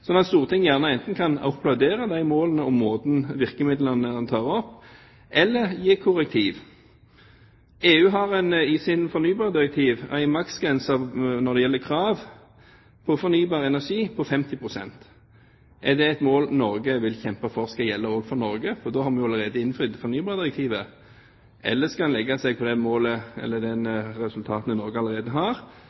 at Stortinget enten kan applaudere de målene og virkemidlene han tar opp, eller gi korrektiv. EU har i sitt fornybardirektiv en maksgrense når det gjelder krav for fornybar energi på 50 pst. Er det et mål Norge vil kjempe for skal gjelde også for Norge? Da har vi allerede innfridd fornybardirektivet. Eller skal en legge seg på de resultatene Norge allerede har? Eller skal en legge seg på den